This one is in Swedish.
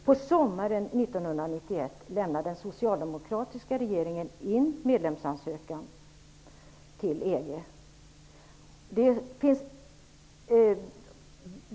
På sommaren 1991 lämnade den socialdemokratiska regeringen in medlemsansökan till EG.